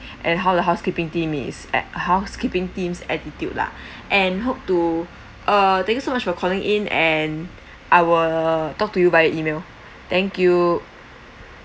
and how the housekeeping team is at housekeeping team's attitude lah and hope to uh thank you so much for calling in and I will talk to you via email thank you